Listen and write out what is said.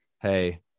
hey